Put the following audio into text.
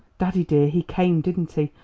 daddy, dear, he came didn't he?